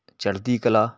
ਚੜਦੀ ਕਲਾ